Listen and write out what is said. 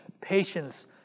patience